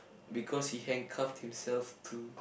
because he handcuffed himself to